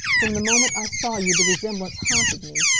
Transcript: from the moment i saw you the resemblance haunted me.